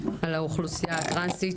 על האוכלוסייה הטרנסית,